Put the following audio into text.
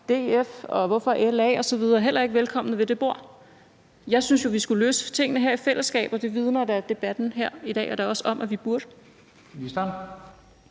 DF, LA osv. heller ikke velkomne ved det bord? Jeg synes jo, at vi skulle løse tingene her i fællesskab, og det vidner debatten i dag da også om vi burde. Kl.